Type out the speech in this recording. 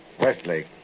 Westlake